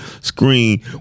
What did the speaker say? screen